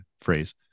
phrase